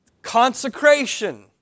Consecration